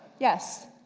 yes?